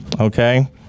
okay